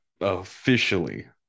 officially